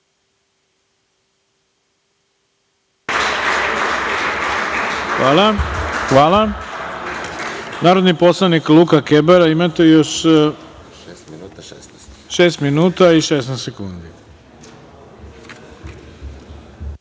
Hvala. Narodni poslanik Luka Kebara. Imate još šest minuta i 16 sekundi.